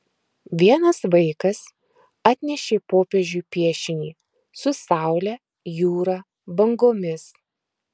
vienas vaikas atnešė popiežiui piešinį su saule jūra bangomis